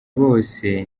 bose